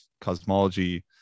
cosmology